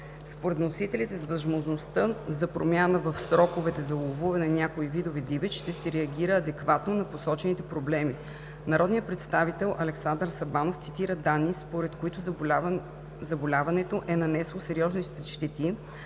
Според вносителите с възможността за промяна в сроковете за ловуване на някои видове дивеч ще се реагира адекватно на посочените проблеми. Народният представител Александър Сабанов цитира данни, според които заболяването е нанесло сериозни щети